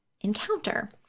encounter